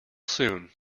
soon